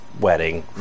Wedding